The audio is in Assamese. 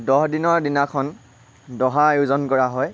দহ দিনৰ দিনাখন দহা আয়োজন কৰা হয়